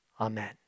Amen